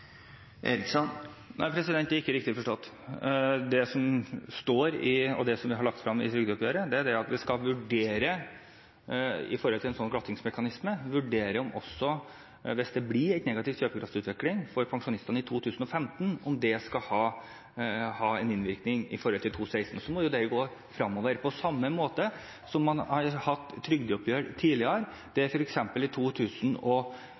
forstått? Nei, det er ikke riktig forstått. Det vi har lagt fram i trygdeoppgjøret, er at vi skal vurdere en slik glattingsmekanisme, og vurdere, hvis det blir en negativ kjøpekraftsutvikling for pensjonistene i 2015, om det skal ha en innvirkning for 2016. Så må det gå fremover på samme måte som man har hatt ved trygdeoppgjør tidligere. For eksempel hadde vi i 2009 et etterslep som ble kompensert året etterpå. På samme måte kan man gjøre dette ved å utglatte i trygdeoppgjøret i 2016. Det